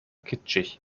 kitschig